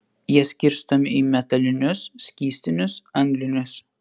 jie skirstomi į metalinius skystinius anglinius